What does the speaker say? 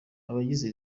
abagize